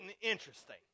interesting